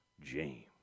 James